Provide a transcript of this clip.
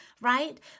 right